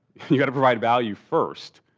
you got to provide value first